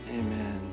amen